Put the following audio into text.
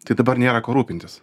tai dabar nėra ko rūpintis